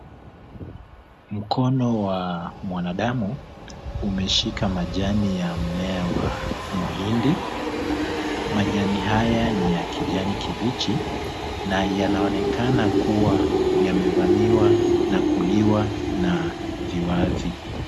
Mkono wa mwanadamu umeshika majani ya mmea wa mahindi. Majani haya ni ya kijani kibichi na yanaonekana kuwa yamevamiwa na kuliwa na viwavi.